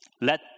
Let